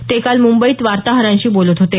ते काल मुंबईत वार्ताहरांशी बोलत होते